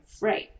Right